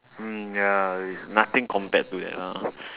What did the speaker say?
mm ya it's nothing compared to that lah